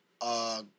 Uh-